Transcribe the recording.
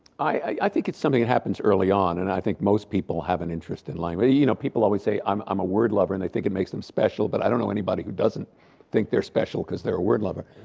i think it's something that happens early on and i think most people have an interest in language. you know, people always say, i'm um a word lover and they think it makes them special, but i don't know anybody who doesn't think they're special because they're a word lover.